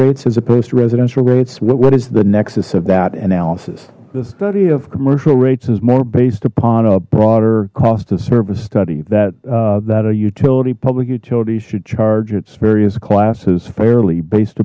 rates as opposed to residential rates what is the nexus of that analysis the study of commercial rates is more based upon a broader cost of service study that that a utility public utilities should charge its various classes fairly based